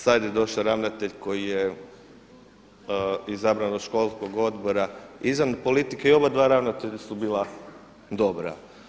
Sada je došao ravnatelj koji je izabran od školskog odbora izvan politike i oba dva ravnatelja su bila dobra.